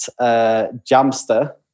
Jamster